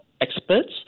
experts